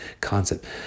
concept